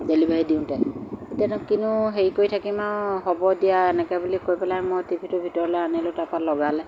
delivery দিওঁতে এতিয়ানো কিনো হেৰি কৰি থাকিম আৰু হ'ব দিয়া এনেকৈ বুলি কৈ পেলাই মই টিভিটো ভিতৰলৈ আনিলো তাৰপৰা লগালে